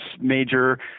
major